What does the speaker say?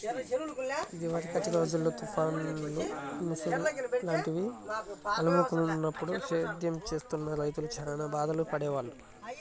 ఇదివరకటి రోజుల్లో తుఫాన్లు, ముసురు లాంటివి అలుముకున్నప్పుడు సేద్యం చేస్తున్న రైతులు చానా బాధలు పడేవాళ్ళు